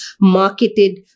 marketed